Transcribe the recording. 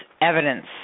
evidence